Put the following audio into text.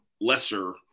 lesser